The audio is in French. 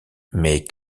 mais